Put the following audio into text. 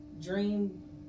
dream